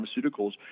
pharmaceuticals